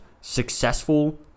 successful